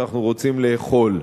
שאנחנו רוצים לאכול,